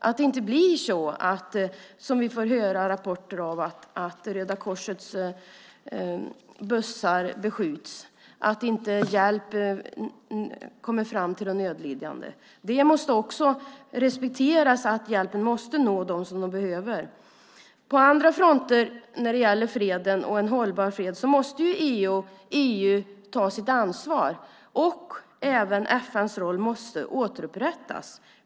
Det får inte blir så som vi har hört rapporter om, att Röda Korsets bussar beskjuts och att hjälpen inte kommer fram till de nödlidande. Det måste också respekteras att hjälpen ska nå dem som behöver den. På andra fronter när det gäller freden, och en hållbar fred, måste EU ta sitt ansvar. FN:s roll måste återupprättas.